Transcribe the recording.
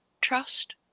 trust